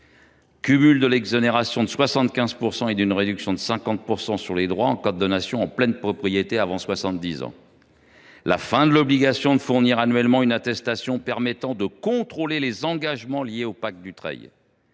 cumul de l’exonération de 75 % et d’une réduction de 50 % sur les droits en cas de donation en pleine propriété avant l’âge de 70 ans, fin de l’obligation de fournir annuellement une attestation permettant de contrôler les engagements liés au pacte Dutreil,